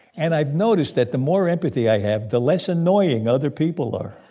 and i've noticed that the more empathy i have, the less annoying other people are